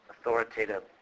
authoritative